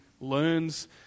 learns